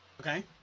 Okay